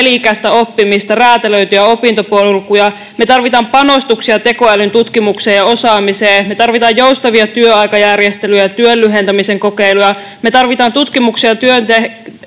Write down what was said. elinikäistä oppimista, räätälöityjä opintopolkuja. Me tarvitsemme panostuksia tekoälyyn, tutkimukseen ja osaamiseen. Me tarvitsemme joustavia työaikajärjestelyjä ja työn lyhentämisen kokeiluja. Me tarvitsemme tutkimuksia ja